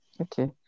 okay